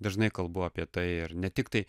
dažnai kalbu apie tai ar ne tiktai